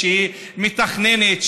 שמתכננת,